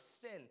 sin